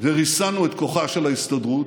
וריסנו את כוחה של ההסתדרות,